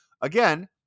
Again